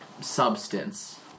substance